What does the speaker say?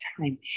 time